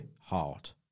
heart